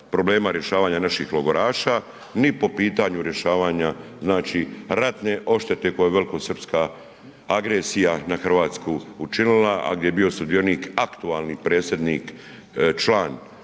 problema rješavanja naših logoraša, ni po pitanju rješavanja znači ratne odštete koja je velikosrpska agresija na Hrvatsku učinila, a gdje je bio sudionik aktualni predsjednik, član, njegova